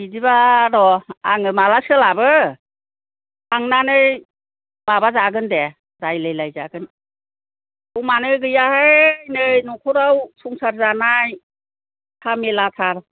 बिदिबा र' आङो माब्ला सोलाबो थांनानै माबाजागोन दे रायज्लायलायजागोन गमानो गैयाहाय नै न'खराव संसार जानाय जामेलाथार